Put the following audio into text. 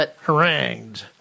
harangued